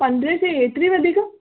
पंद्रहे सै एतिरी वधीक